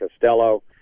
Costello